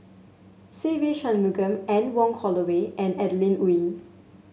Se Ve Shanmugam Anne Wong Holloway and Adeline Ooi